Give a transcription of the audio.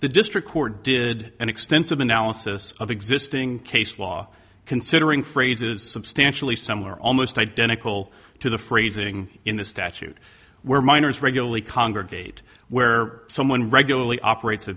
the district court did an extensive analysis of existing case law considering phrases substantially similar almost identical to the phrasing in the statute where minors regularly congregate where someone regularly operates a